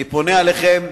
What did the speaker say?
אני פונה אליכם,